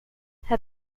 her